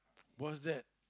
what's that